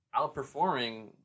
outperforming